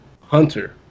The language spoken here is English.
hunter